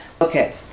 Okay